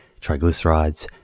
triglycerides